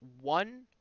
one